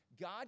God